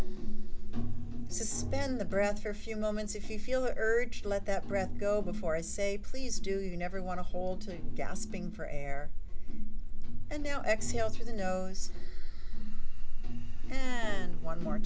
nose suspend the breath for a few moments if you feel the urge to let that breath go before i say please do you never want to hold to gasping for air and now exhale through the nose and one more